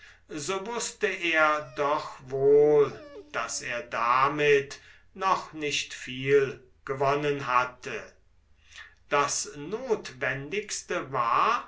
so wußte er doch wohl daß er damit noch nicht viel gewonnen hatte das notwendigste war